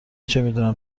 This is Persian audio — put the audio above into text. چمیدونم